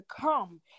come